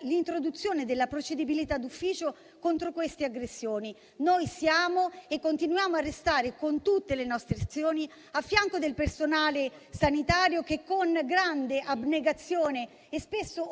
l'introduzione della procedibilità d'ufficio contro queste aggressioni. Noi siamo e continuiamo a restare con tutte le nostre azioni a fianco del personale sanitario che con grande abnegazione e spesso oltre